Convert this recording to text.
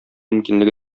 мөмкинлеге